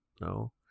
No